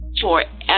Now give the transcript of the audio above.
Forever